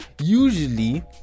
usually